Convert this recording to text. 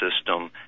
system